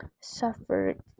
suffered